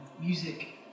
music